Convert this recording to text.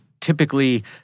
typically